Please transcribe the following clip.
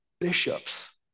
bishops